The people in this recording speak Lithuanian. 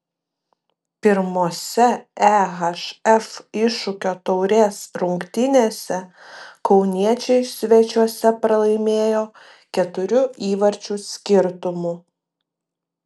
pirmose ehf iššūkio taurės rungtynėse kauniečiai svečiuose pralaimėjo keturių įvarčių skirtumu